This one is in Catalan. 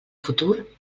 futur